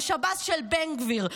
אבל שב"ס של בן גביר,